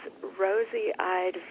rosy-eyed